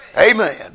Amen